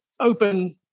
open